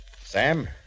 Sam